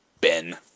Ben